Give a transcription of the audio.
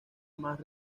más